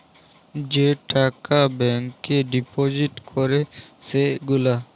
যে টাকা ব্যাংকে ডিপজিট ক্যরে সে গুলা